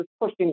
pushing